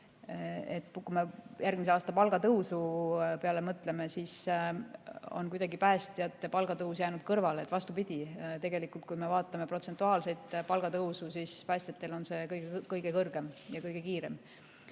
kui me järgmise aasta palgatõusu peale mõtleme, siis on päästjate palga tõus jäänud kõrvale. Vastupidi, tegelikult, kui me vaatame protsentuaalselt palgatõusu, siis päästjatel on see kõige suurem ja kõige kiirem.